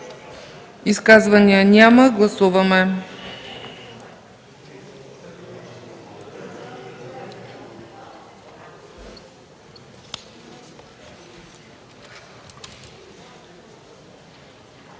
Изказвания? Няма. Гласуваме.